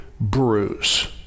bruise